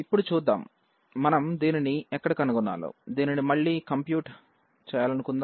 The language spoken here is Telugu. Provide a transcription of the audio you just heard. ఇప్పుడు చూద్దాం మనం దీనిని ఎక్కడ కనుగొనాలో దీనిని మళ్ళీ కంప్యూట్ చేయాలనుకుందాం